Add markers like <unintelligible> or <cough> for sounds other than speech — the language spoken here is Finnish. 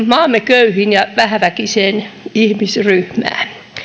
<unintelligible> maamme köyhiin ja vähäväkiseen ihmisryhmään